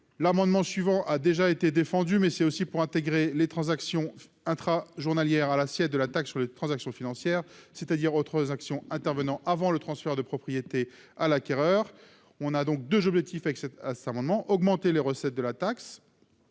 l'amendement suivant a déjà été défendu mais c'est aussi pour intégrer les transactions intra-journalières à l'assiette de la taxe sur les transactions financières, c'est-à-dire autres actions intervenant avant le transfert de propriété à l'acquéreur, on a donc 2 objectifs : avec cette amendement augmenter les recettes de la taxe,